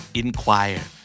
inquire